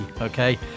okay